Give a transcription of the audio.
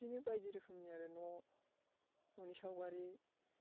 बिदिनो बायदि रोखोमनि आरो न'आव न'नि सावगारि